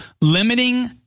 limiting